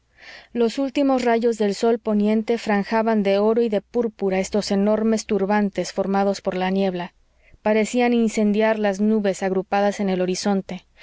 los últimos rayos del sol poniente franjaban de oro y de púrpura estos enormes turbantes formados por la niebla parecían incendiar las nubes agrupadas en el horizonte